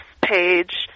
page